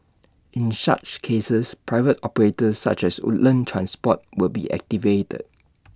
in such cases private operators such as Woodlands transport will be activated